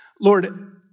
Lord